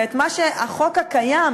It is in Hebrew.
ואת מה שהחוק הקיים,